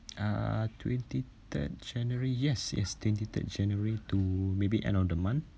uh twenty-third january yes yes twenty-third january to maybe end of the month